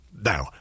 Now